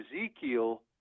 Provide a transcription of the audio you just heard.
Ezekiel